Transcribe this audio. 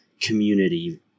community